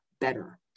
better